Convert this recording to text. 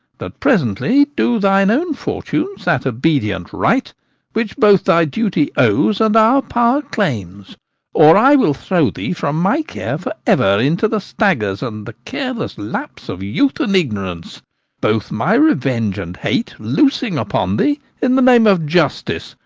but presently do thine own fortunes that obedient right which both thy duty owes and our power claims or i will throw thee from my care for ever into the staggers and the careless lapse of youth and ignorance both my revenge and hate loosing upon thee in the name of justice,